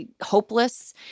Hopeless